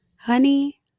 Honey